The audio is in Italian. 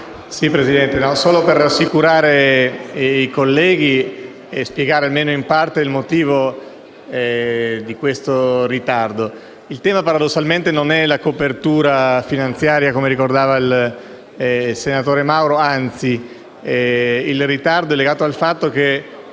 intervengo solo per rassicurare i colleghi e per spiegare almeno in parte il motivo di questo ritardo. Il tema, paradossalmente, non è la copertura finanziaria, come ricordava il senatore Mario Mauro, anzi il ritardo è legato al fatto che